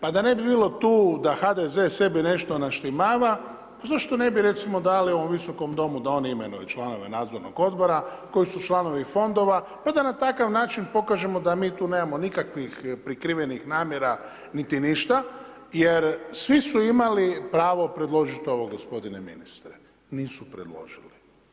Pa da ne bi bilo tu, da HDZ sebi nešto naštimava, zašto ne bi recimo, dali u Visokom domu, da oni imaju nove članove nadzornih odbora koji su članovi fondova, pa da na takav način pokažemo da mi tu nemamo nikakvih prikrivenih namjera niti ništa, jer svi su imali pravo predložiti ovo g. ministre, nisu predložili.